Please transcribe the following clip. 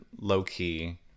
low-key